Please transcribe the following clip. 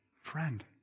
Friend